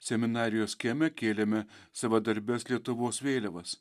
seminarijos kieme kėlėme savadarbes lietuvos vėliavas